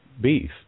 beef